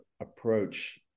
approach